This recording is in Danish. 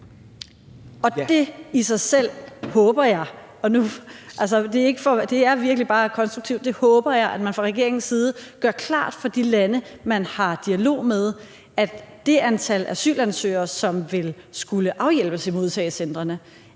og det er virkelig konstruktivt ment, at man fra regeringens side gør klart for de lande, man har dialog med, altså at det antal asylansøgere, som ville skulle afhjælpes i et modtagecenter,